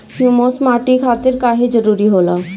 Humus माटी खातिर काहे जरूरी होला?